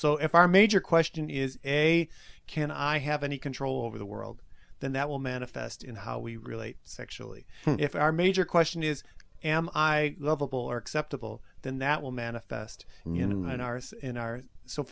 so if our major question is a can i have any control over the world then that will manifest in how we relate sexually if our major question is am i lovable or acceptable then that will manifest in our in our so